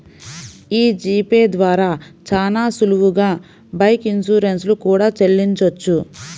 యీ G Pay ద్వారా చానా సులువుగా బైక్ ఇన్సూరెన్స్ లు కూడా చెల్లించొచ్చు